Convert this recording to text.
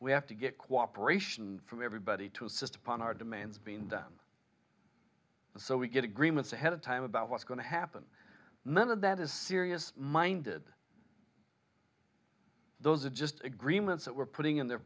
we have to get cooperation from everybody to insist upon our demands being done so we get agreements ahead of time about what's going to happen none of that is serious minded those are just agreements that we're putting in the